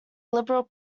liberal